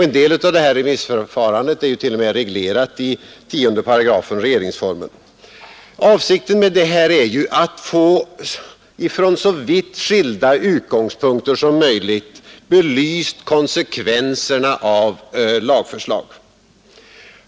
En del av detta remissförfarande är t.o.m. reglerat i 10 8 regeringsformen. Avsikten med detta är ju att från så vitt skilda utgångspunkter som möjligt få konsekvenserna av ett lagförslag belysta.